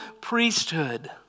priesthood